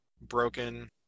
broken